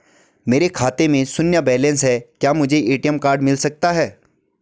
मेरे खाते में शून्य बैलेंस है क्या मुझे ए.टी.एम कार्ड मिल सकता है?